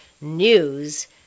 news